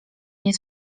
nie